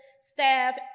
staff